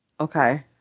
Okay